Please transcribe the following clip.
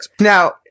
Now